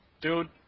Dude